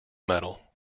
medal